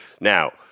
Now